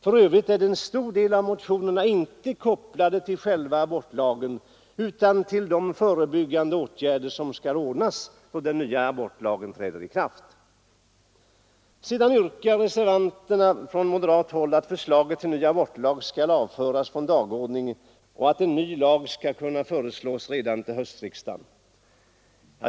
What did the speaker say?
För övrigt är en stor del av motionerna inte kopplade till själva abortlagen utan till de förebyggande åtgärder som skall ordnas då den nya abortlagen träder i kraft. Sedan yrkar reservanterna från moderat håll att förslaget till ny abortlag skall avföras från dagordningen och att en ny lag skall kunna föreslås redan till höstriksdagen.